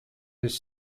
his